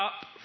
up